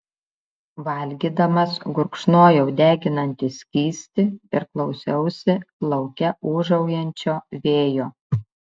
valgydamas gurkšnojau deginantį skystį ir klausiausi lauke ūžaujančio vėjo